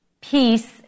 peace